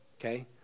Okay